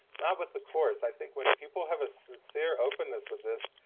not with the course. i think when people have a sincere openness with this,